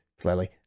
Clearly